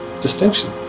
distinction